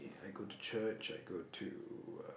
I go to church I go to uh